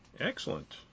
Excellent